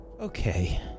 Okay